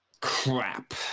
Crap